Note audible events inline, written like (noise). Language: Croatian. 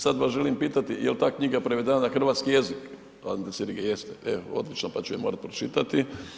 Sada vas želim pitati je li ta knjiga prevedena na hrvatski jezik? ... (unintelligible) jeste, evo odlično, pa ću je morati pročitati.